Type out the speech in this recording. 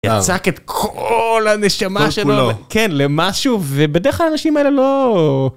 יצק את כל הנשמה שלו למשהו, כל כולו, ובדרך כלל האנשים האלה לא...